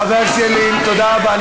חבר הכנסת ילין, תודה רבה.